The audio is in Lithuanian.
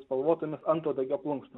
spalvotomis antuodegio plunksnomis